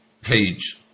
page